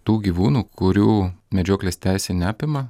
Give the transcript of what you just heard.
tų gyvūnų kurių medžioklės teisė neapima